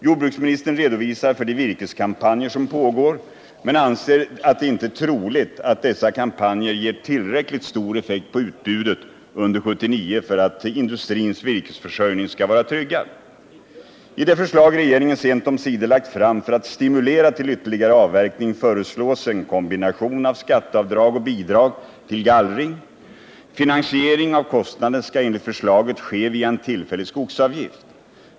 En redovisning lämnas också för de virkeskampanjer som pågår, men jordbruksministern anser det inte troligt att dessa kampanjer ger tillräckligt stor effekt på utbudet under 1979 för att industrins virkesförsörjning skall vara tryggad. I det förslag regeringen sent omsider lagt fram för att stimulera till ytterligare avverkning föreslås en kombination av skatteavdrag och bidrag till gallring. Finansiering av kostnaderna skall enligt förslaget ske via en tillfällig skogsavgift.